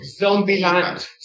Zombieland